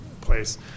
place